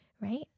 right